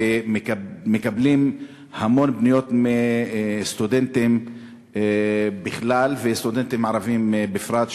ומקבלים המון פניות מסטודנטים בכלל ומסטודנטים ערבים בפרט,